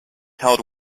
held